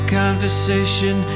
conversation